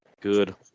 Good